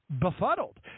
befuddled